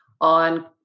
on